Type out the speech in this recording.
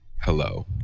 hello